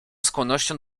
skłonnością